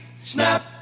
snap